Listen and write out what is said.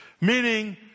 meaning